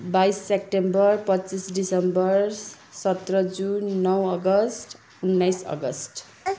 बाइस सेप्टेम्बर पच्चिस डिसेम्बर सत्र जुन नौ अगस्त उन्नाइस अगस्त